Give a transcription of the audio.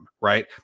right